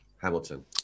Hamilton